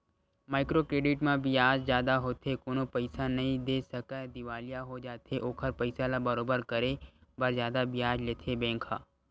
micro credit म बियाज जादा होथे कोनो पइसा नइ दे सकय दिवालिया हो जाथे ओखर पइसा ल बरोबर करे बर जादा बियाज लेथे बेंक ह